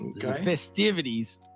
festivities